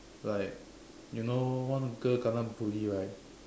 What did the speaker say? like you know one girl kena bully right